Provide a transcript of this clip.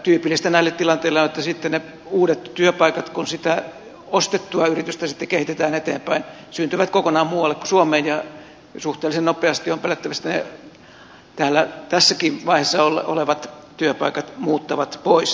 tyypillistä näille tilanteille on että sitten ne uudet työpaikat kun sitä ostettua yritystä sitten kehitetään eteenpäin syntyvät kokonaan muualle kuin suomeen ja suhteellisen nopeasti on pelättävissä että ne tässäkin vaiheessa olevat työpaikat muuttavat pois